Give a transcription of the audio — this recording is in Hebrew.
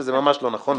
שזה ממש לא נכון,